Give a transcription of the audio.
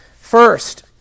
First